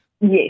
Yes